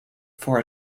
for